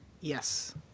Yes